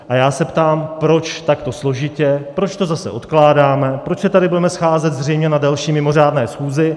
A já se ptám, proč takto složitě, proč to zase odkládáme, proč se tady budeme scházet zřejmě na další mimořádné schůzi?